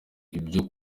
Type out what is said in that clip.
ibyo